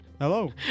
Hello